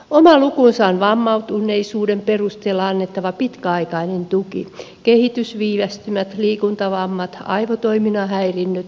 oma lukunsa on vammautuneisuuden perusteella annettava pitkäaikainen tuki kehitysviivästymät liikuntavammat aivotoiminnan häiriöt ja niin edelleen